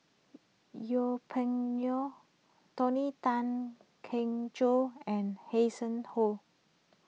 Yeng Pway Ngon Tony Tan Keng Joo and Hanson Ho